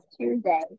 Tuesday